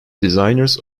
designers